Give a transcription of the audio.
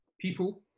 people